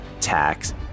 tax